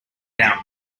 down